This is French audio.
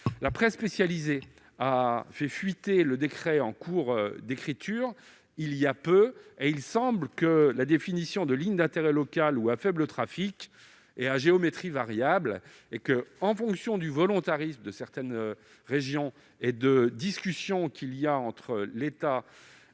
La presse spécialisée a fait fuiter il y a peu le décret en cours d'écriture. Il me semble que la définition de ligne d'intérêt local ou à faible trafic est à géométrie variable et que, en fonction du volontarisme de certaines régions et des discussions entre l'État,